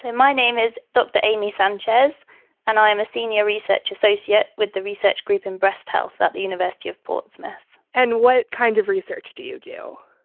and my name is dr. amy sanchez and i am a senior research associate with the research group in breast health at the university of portsmouth. and what kind of research do you do?